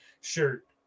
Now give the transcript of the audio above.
shirt